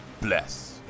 bless